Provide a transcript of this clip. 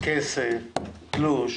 כסף, תלוש.